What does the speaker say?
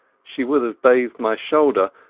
she would have bathed my shoulder,